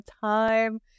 time